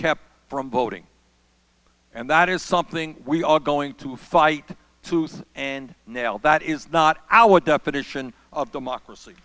kept from voting and that is something we are going to fight tooth and nail that is not our definition of democracy